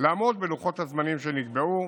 לעמוד בלוחות הזמנים שנקבעו,